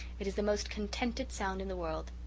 it is the most contented sound in the world.